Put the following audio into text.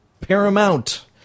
Paramount